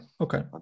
okay